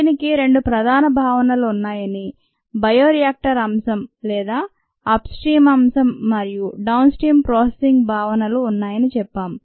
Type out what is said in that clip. దీనికి రెండు ప్రధాన భావనలు ఉన్నాయని బయోరియాక్టర్ అంశం లేదా అప్ స్ట్రీమ్ అంశం మరియు డౌన్ స్ట్రీమ్ ప్రాసెసింగ్ భావనలు ఉన్నాయని చెప్పాం